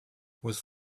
was